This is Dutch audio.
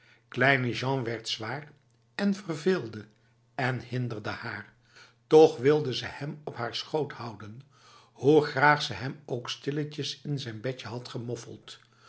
kleine jean werd zwaar en verveelde en hinderde haar toch wilde ze hem op haar schoot houden hoe graag ze hem ook stilletjes in zijn bedje had